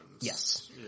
yes